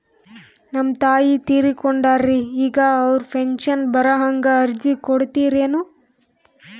ನಮ್ ತಾಯಿ ತೀರಕೊಂಡಾರ್ರಿ ಈಗ ಅವ್ರ ಪೆಂಶನ್ ಬರಹಂಗ ಅರ್ಜಿ ಕೊಡತೀರೆನು?